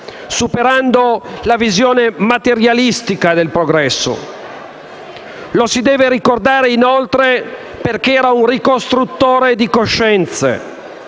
superando la visione materialistica del progresso. Lo si deve ricordare, inoltre, perché era un ricostruttore di coscienze,